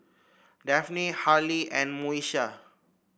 Daphne Harley and Moesha